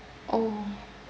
oh